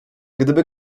gdyby